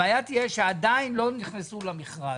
הבעיה תהיה שעדיין לא נכנסו למכרז.